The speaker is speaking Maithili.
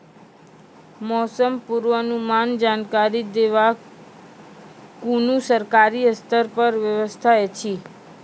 मौसम पूर्वानुमान जानकरी देवाक कुनू सरकारी स्तर पर व्यवस्था ऐछि?